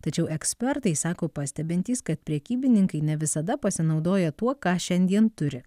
tačiau ekspertai sako pastebintys kad prekybininkai ne visada pasinaudoja tuo ką šiandien turi